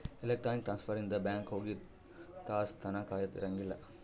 electronic transfer ಇಂದ bank ಹೋಗಿ ತಾಸ್ ತನ ಕಾಯದ ಇರಂಗಿಲ್ಲ